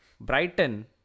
Brighton